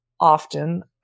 often